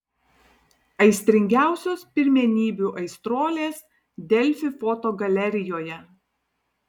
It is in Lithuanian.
aistringiausios pirmenybių aistruolės delfi fotogalerijoje